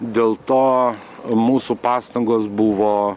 dėl to mūsų pastangos buvo